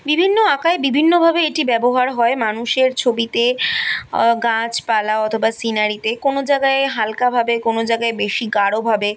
বিভিন্ন আঁকায় বিভিন্নভাবে এটি ব্যবহার হয় মানুষের ছবিতে গাছপালা অথবা সিনারিতে কোনও জায়গায় হালকাভাবে কোনও জায়গায় বেশি গাঢ়ভাবে